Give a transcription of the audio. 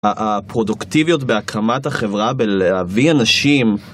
הפרודוקטיביות בהקמת החברה בלהביא אנשים